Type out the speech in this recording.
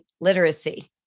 literacy